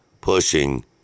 pushing